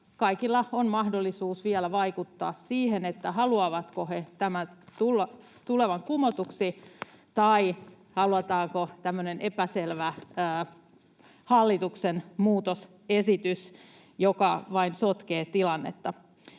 kaikilla on mahdollisuus vielä vaikuttaa siihen, haluavatko he tämän tulevan kumotuksi tai halutaanko tämmöinen epäselvä hallituksen muutosesitys, joka vain sotkee tilannetta.